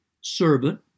servant